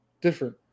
different